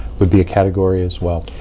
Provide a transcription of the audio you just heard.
would be a category as well.